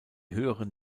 höheren